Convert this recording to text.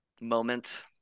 moment